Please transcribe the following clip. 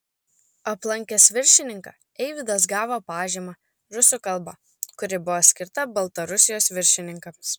aplankęs viršininką eivydas gavo pažymą rusų kalba kuri buvo skirta baltarusijos viršininkams